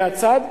מהצד?